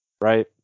right